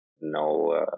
no